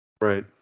Right